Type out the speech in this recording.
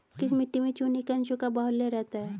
किस मिट्टी में चूने के अंशों का बाहुल्य रहता है?